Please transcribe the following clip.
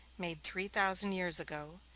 made three thousand years ago,